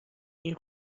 این